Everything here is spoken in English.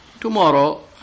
tomorrow